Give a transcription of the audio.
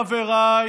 חבריי,